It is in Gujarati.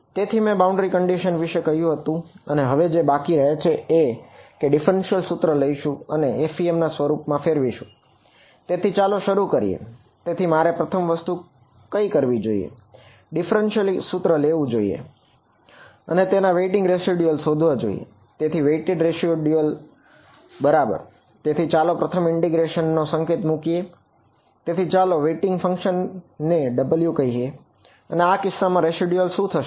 તેથી મેં તમને બાઉન્ડ્રી કન્ડિશન શું થશે